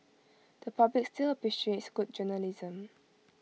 the public still appreciates good journalism